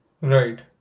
Right